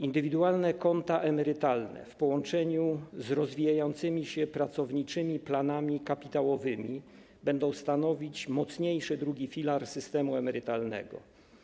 Indywidualne konta emerytalne w połączeniu z rozwijającymi się pracowniczymi planami kapitałowymi będą stanowić mocniejszy drugi filar systemu emerytalnego.